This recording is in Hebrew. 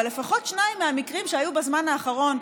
לפחות שניים מהמקרים שהיו בזמן האחרון,